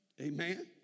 Amen